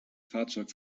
fahrzeug